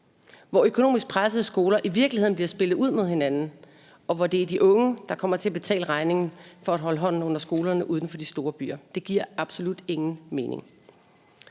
hvor økonomisk pressede skoler i virkeligheden bliver spillet ud imod hinanden, og hvor det er de unge, der kommer til at betale regningen for at holde hånden under skolerne uden for de store byer. Det giver absolut ingen mening.